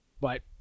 but-